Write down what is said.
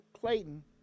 Clayton